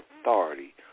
authority